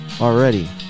already